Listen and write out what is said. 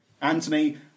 Anthony